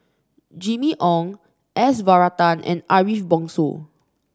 Jimmy Ong S Varathan and Ariff Bongso